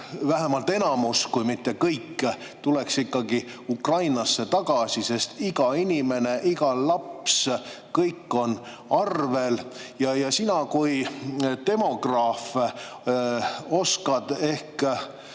vähemalt enamus, kui ka mitte kõik, läheks ikkagi Ukrainasse tagasi, sest iga [täiskasvanu], iga laps – kõik on arvel. Sina kui demograaf oskad ehk